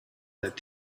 that